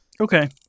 Okay